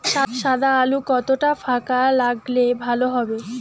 সাদা আলু কতটা ফাকা লাগলে ভালো হবে?